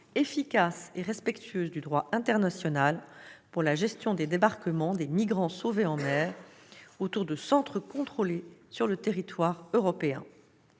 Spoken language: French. efficace et respectueuse du droit international en matière de gestion des débarquements des migrants sauvés en mer, autour de centres contrôlés sur le territoire européen.